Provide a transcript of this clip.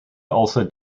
also